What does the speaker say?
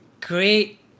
great